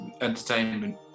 entertainment